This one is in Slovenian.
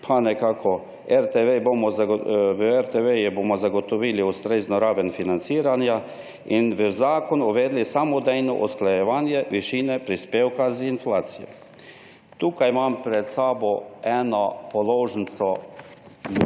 Levica: RTV bomo zagotovili ustrezno raven financiranja in v zakon uvedli samodejno usklajevanje višine prispevka z inflacijo. Tukaj imam pred sabo eno položnico